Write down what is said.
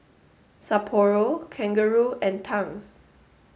Sapporo Kangaroo and Tangs